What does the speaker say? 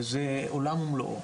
וזה עולם ומלואו,